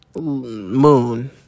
moon